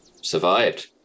survived